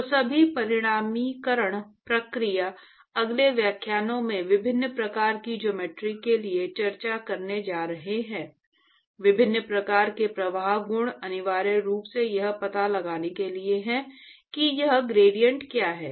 तो सभी परिमाणीकरण प्रक्रिया अगले व्याख्यानों में विभिन्न प्रकार की ज्योमेट्री के लिए चर्चा करने जा रहे हैं विभिन्न प्रकार के प्रवाह गुण अनिवार्य रूप से यह पता लगाने के लिए हैं कि यह ग्रेडिएंट क्या है